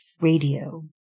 Radio